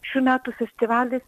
šių metų festivalis